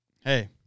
Hey